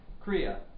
Korea